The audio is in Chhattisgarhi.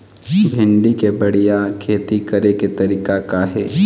भिंडी के बढ़िया खेती करे के तरीका का हे?